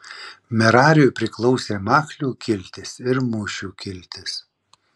merariui priklausė machlių kiltis ir mušių kiltis